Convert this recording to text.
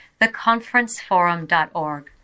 theconferenceforum.org